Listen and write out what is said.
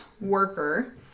worker